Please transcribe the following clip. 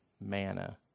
manna